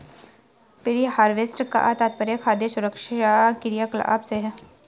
pre harvest का तात्पर्य खाद्य सुरक्षा क्रियाकलाप से है